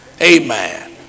amen